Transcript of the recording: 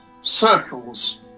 circles